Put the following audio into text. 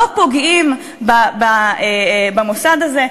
לא פוגעים במוסד הזה,